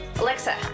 Alexa